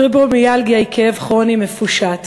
פיברומיאלגיה היא כאב כרוני מפושט.